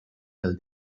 del